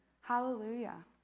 Hallelujah